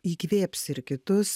įkvėps ir kitus